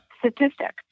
Statistic